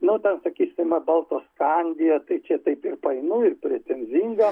nu ten sakysim baltoskandija tai čia taip ir painu ir pretenzinga